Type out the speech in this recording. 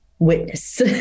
witness